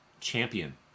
champion